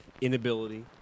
inability